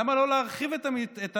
למה לא להרחיב את, הבודקים?